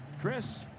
Chris